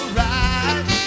right